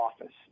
office